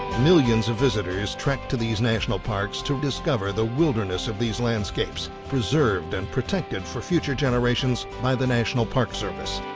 millions of visitors trekked to these national parks to discover the wilderness of these landscapes, preserved and protected for future generations by the national park service.